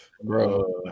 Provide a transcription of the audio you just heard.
bro